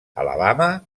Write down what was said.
alabama